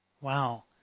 Wow